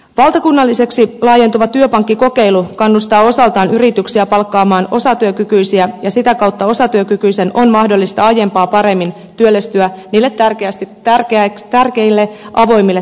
valtakunnalliseksi laajentuva työpankkikokeilu kannustaa osaltaan yrityksiä palkkaamaan osatyökykyisiä ja sitä kautta osatyökykyisen on mahdollista aiempaa paremmin työllistyä niille tärkeille avoimille työmarkkinoille